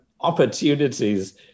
opportunities